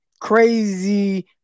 crazy